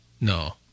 no